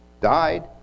died